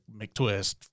McTwist